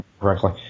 correctly